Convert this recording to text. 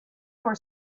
for